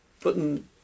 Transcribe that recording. putting